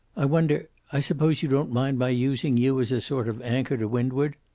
i wonder i suppose you don't mind my using you as a sort of anchor to windward?